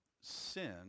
sin